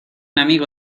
amigo